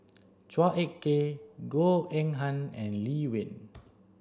Chua Ek Kay Goh Eng Han and Lee Wen